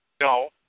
No